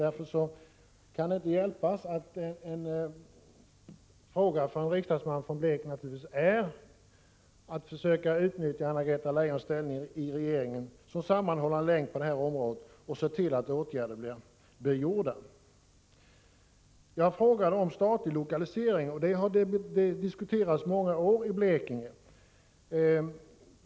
Därför kan det inte hjälpas att en riksdagsman från Blekinge ställer frågor för att försöka utnyttja Anna-Greta Leijons ställning i regeringen som sammanhållande länk på detta område, den som har att se till att åtgärder vidtas. Jag frågade om statlig lokalisering, något som har diskuterats under många år i Blekinge.